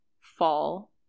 fall